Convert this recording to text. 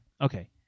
okay